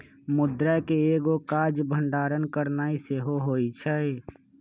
मुद्रा के एगो काज के भंडारण करनाइ सेहो होइ छइ